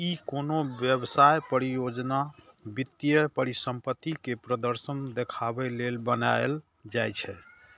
ई कोनो व्यवसाय, परियोजना, वित्तीय परिसंपत्ति के प्रदर्शन देखाबे लेल बनाएल जाइ छै